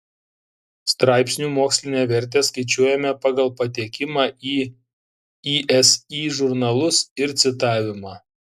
straipsnių mokslinę vertę skaičiuojame pagal patekimą į isi žurnalus ir citavimą